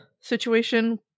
situation